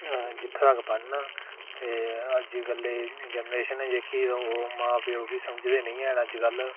आं जित्थें तक्क पढ़ना ते अजकल दी जेनरेशन ऐ जेह्की तां ओह् मां प्योऽ गी समझदे नेईं है'न अज कल